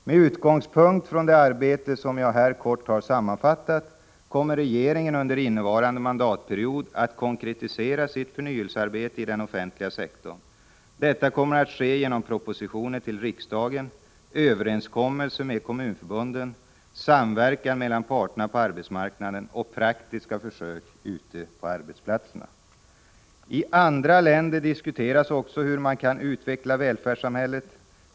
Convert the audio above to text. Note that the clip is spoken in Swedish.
Med utgångspunkt från det arbete som jag här kort har sammanfattat kommer regeringen under innevarande mandatperiod att konkretisera sitt förnyelsearbete i den offentliga sektorn. Detta kommer att ske genom propositioner till riksdagen, överenskommelser med kommunförbunden, samverkan mellan parterna på arbetsmarknaden och praktiska försök ute på arbetsplatserna. I andra länder diskuteras också hur man kan utveckla välfärdssamhället.